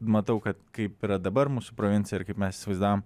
matau kad kaip yra dabar mūsų provincija ir kaip mes įsivaizdavom